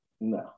no